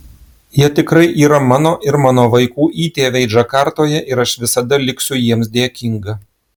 jie tikrai yra mano ir mano vaikų įtėviai džakartoje ir aš visada liksiu jiems dėkinga